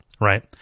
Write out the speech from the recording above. Right